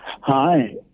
Hi